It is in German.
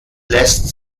lässt